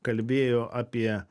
kalbėjo apie